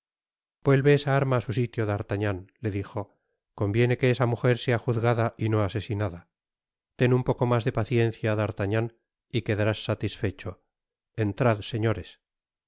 vuelve esa arma á su sitio d'artagnan le dijo conviene que esa mujer sea juzgada y no asesinada ten un poco mas de paciencia d'artagnan y quedarás satisfecho entrad señores